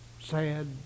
Sad